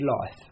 life